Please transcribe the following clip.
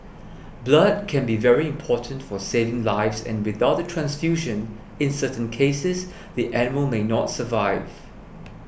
blood can be very important for saving lives and without a transfusion in certain cases the animal may not survive